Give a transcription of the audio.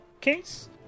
case